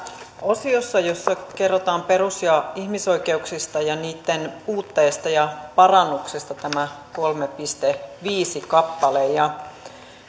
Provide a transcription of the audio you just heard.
osiossa jossa kerrotaan perus ja ihmisoikeuksista ja niitten puutteista ja parannuksesta tässä kolme piste viisi kappaleessa